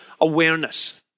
Awareness